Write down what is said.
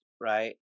right